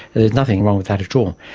there's nothing wrong with that at all.